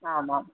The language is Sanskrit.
आमाम्